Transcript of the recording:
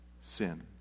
sin